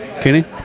Kenny